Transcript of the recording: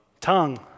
tongue